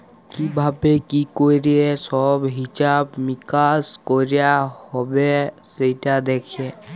কি ভাবে কি ক্যরে সব হিছাব মিকাশ কয়রা হ্যবে সেটা দ্যাখে